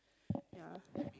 yeah